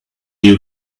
you